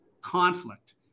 conflict